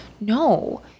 no